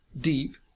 deep